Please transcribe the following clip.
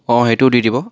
অ' সেইটোও দি দিব